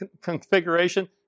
configuration